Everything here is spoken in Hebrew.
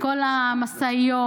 כל המשאיות,